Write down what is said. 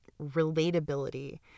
relatability